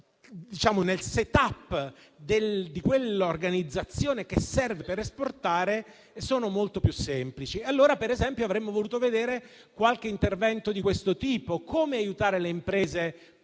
nel *setup* dell'organizzazione che serve a esportare, sono molto più semplici. Allora, per esempio, avremmo voluto vedere qualche intervento di questo tipo: come aiutare le piccole e medie